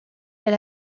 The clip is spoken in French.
elle